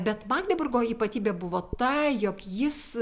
bet magdeburgo ypatybė buvo ta jog jis